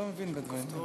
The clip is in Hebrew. אני לא מבין בדברים האלה.